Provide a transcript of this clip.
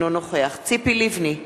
אינו נוכח ציפי לבני,